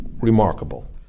remarkable